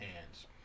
hands